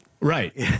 Right